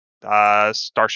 Starship